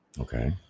Okay